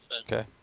Okay